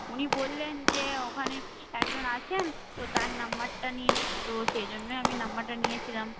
উনি বললেন যে ওখানে একজন আছেন তো তার নাম্বারটা নিন তো সেই জন্যই আমি নাম্বারটা নিয়েছিলাম